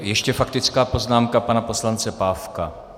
Ještě faktická poznámka pana poslance Pávka.